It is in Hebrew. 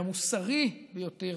והמוסרי ביותר